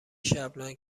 شبنم